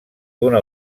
d’una